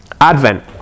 advent